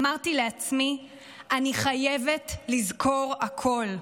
אמרתי לעצמי: אני חייבת לזכור הכול.